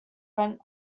rent